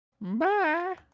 Bye